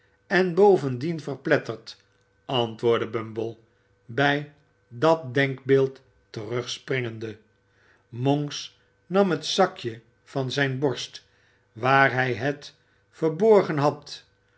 en bovendien verpletterd antwoordde bumble bij dat denkbeeld terugspringende monks nam het zakje van zijne borst waar hij het verborgen had